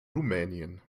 rumänien